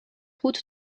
route